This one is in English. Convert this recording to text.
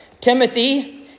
Timothy